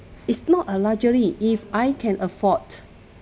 it's not a luxury if I can afford